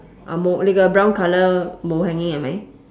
ah mou lei ge brown colour mou hanging hai mai